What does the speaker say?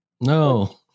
No